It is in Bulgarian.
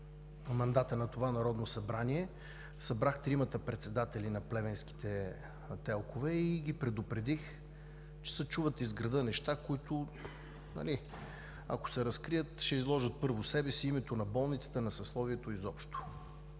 на това Народно събрание събрах тримата председатели на плевенските ТЕЛК-ове и ги предупредих, че се чуват из града неща, които, ако се разкрият, ще изложат себе си, името на болницата, на съсловието изобщо.